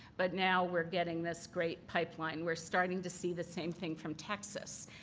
but now we're getting this great pipeline. we're starting to see the same thing from texas.